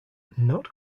not